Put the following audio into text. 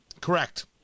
Correct